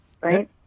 Right